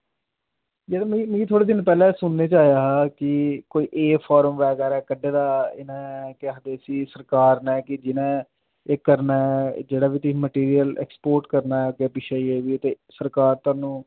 जेह्ड़ा मिगी मिगी थोह्ड़े दिन पैह्लें सुनने च आया हा कि कोई एह् फार्म बगैरा कड्ढे दा इ'न्नै केह् आखदे इस्सी सरकार ने कि जिन्ने एह् करना ऐ जेह्ड़ा बी किश मटीरियल ऐक्सपोर्ट करना ऐ अग्गें पिच्छें जो बी ऐ ते सरकार थोहानू